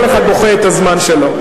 כל אחד בוכה את הזמן שלו.